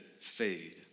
fade